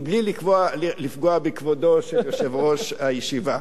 בלי לפגוע בכבודו של יושב-ראש הישיבה.